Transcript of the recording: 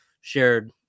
shared –